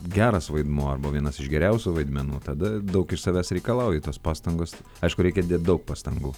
geras vaidmuo arba vienas iš geriausių vaidmenų tada daug iš savęs reikalauji tos pastangos aišku reikia dėt daug pastangų